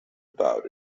about